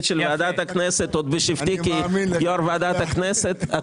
של ועדת הכנסת עוד בשבתי כיושב ראש ועדת הכנסת,